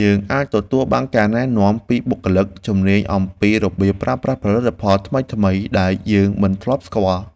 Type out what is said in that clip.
យើងអាចទទួលបានការណែនាំពីបុគ្គលិកជំនាញអំពីរបៀបប្រើប្រាស់ផលិតផលថ្មីៗដែលយើងមិនធ្លាប់ស្គាល់។